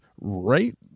right